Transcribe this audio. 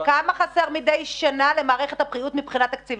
כמה חסר מדי שנה למערכת הבריאות מבחינת תקציב?